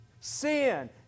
Sin